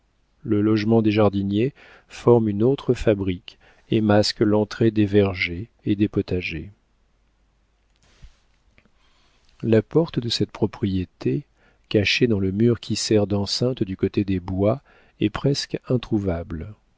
le logement des jardiniers forme une autre fabrique et masque l'entrée des vergers et des potagers la porte de cette propriété cachée dans le mur qui sert d'enceinte du côté des bois est presque introuvable